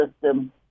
system